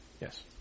Yes